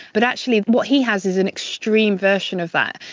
but actually what he has is an extreme version of that.